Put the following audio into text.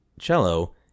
cello